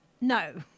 No